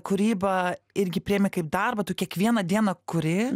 kūrybą irgi priėmi kaip darbą tu kiekvieną dieną kuri